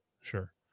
Sure